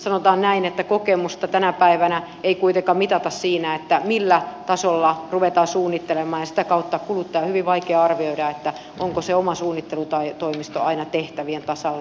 sanotaan näin että kokemusta tänä päivänä ei kuitenkaan mitata siinä millä tasolla ruvetaan suunnittelemaan ja sitä kautta kuluttajan on hyvin vaikea arvioida onko se oma toimisto aina tehtävien tasalla